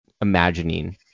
imagining